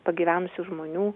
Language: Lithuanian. pagyvenusių žmonių